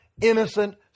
innocent